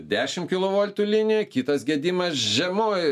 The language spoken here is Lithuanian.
dešimt kilo voltų linijoj kitas gedimas žemoj